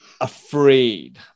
afraid